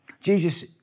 Jesus